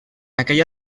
aquella